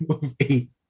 movie